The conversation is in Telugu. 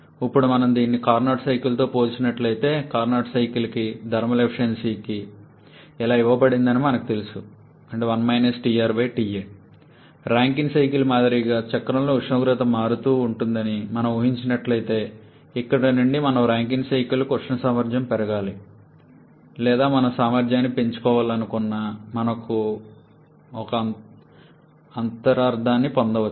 ఇప్పుడు మనం దీన్ని కార్నోట్ సైకిల్తో పోల్చినట్లయితే కార్నోట్ సైకిల్కి థర్మల్ ఎఫిషియన్సీ ఇలా ఇవ్వబడిందని మనకు తెలుసు ర్యాంకైన్ సైకిల్ మాదిరిగా చక్రంలో ఉష్ణోగ్రత మారుతూ ఉంటుందని మనం ఊహించినట్లయితే ఇక్కడ నుండి మనం రాంకైన్ సైకిల్కు ఉష్ణ సామర్థ్యం పెరగాలి లేదా మనం సామర్థ్యాన్ని పెంచుకోవాలనుకున్నా కూడా మనం ఒక అంతరార్థాన్ని పొందవచ్చు